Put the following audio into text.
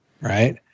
right